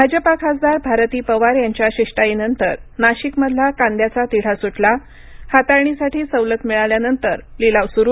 भाजपा खासदार भारती पवार यांच्या शिष्टाईनंतर नाशिकमधला कांद्याचा तिढा सुटला हातळणीसाठी सवलत मिळाल्यानंतर लिलाव सुरू